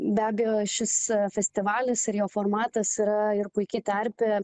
be abejo šis festivalis ir jo formatas yra ir puiki terpė